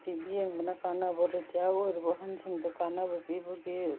T V ꯌꯦꯡꯕꯅ ꯀꯥꯟꯅꯕ retire ꯑꯣꯏꯔꯕ ꯑꯍꯟꯁꯤꯡꯗ ꯀꯥꯟꯅꯕ ꯄꯤꯕꯒꯤ